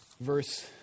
verse